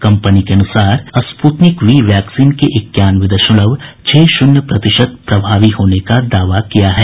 company ने Sputnik V vaccine के इक्यानवे दशमलव छह शून्य प्रतिशत प्रभावी होने का दावा किया है